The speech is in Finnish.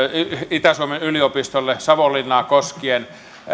itä suomen yliopistolle savonlinnaa koskien